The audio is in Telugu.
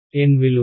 N విలువ